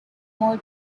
more